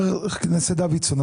חבר הכנסת דוידסון,